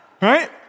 right